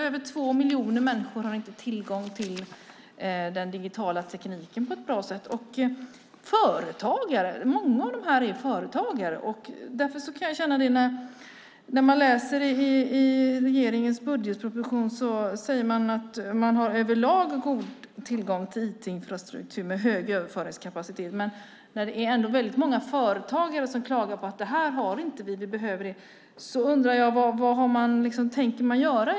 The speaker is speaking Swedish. Över två miljoner människor har inte tillgång till den digitala tekniken på ett bra sätt, och många av dem är företagare. När man läser i regeringens budgetproposition ser man att regeringen säger att man överlag har god tillgång till IT-infrastruktur med hög överföringskapacitet. Men när väldigt många företagare klagar på att de inte har det utan behöver det undrar jag vad man tänker göra.